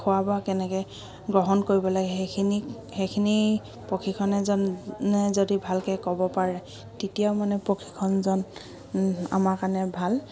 খোৱা বোৱা কেনেকৈ গ্ৰহণ কৰিব লাগে সেইখিনি সেইখিনি প্ৰশিক্ষক এজনে যদি ভালকৈ ক'ব পাৰে তেতিয়াও মানে প্ৰশিক্ষকজন আমাৰ কাৰণে ভাল